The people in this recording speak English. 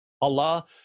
Allah